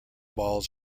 balls